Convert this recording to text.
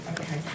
Okay